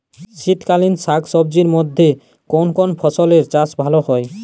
শীতকালীন শাকসবজির মধ্যে কোন কোন ফসলের চাষ ভালো হয়?